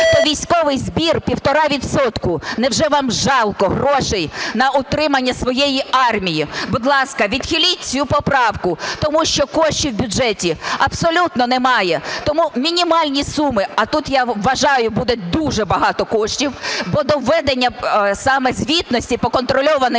то військовий збір – в 1,5 відсотки. Невже вам жалко грошей на утримання своєї армії? Будь ласка, відхиліть цю поправку тому що коштів в бюджеті абсолютно немає, тому мінімальні суми. А тут, я вважаю, буде дуже багато коштів, бо до введення саме звітності по контрольованим